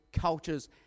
cultures